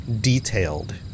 detailed